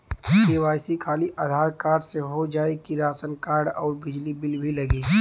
KYC खाली Aadhaar card से हो जाए कि राशन कार्ड अउर बिजली बिल भी लगी?